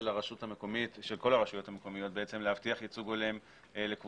כל הרשויות המקומיות להבטיח ייצוג הולם לקבוצות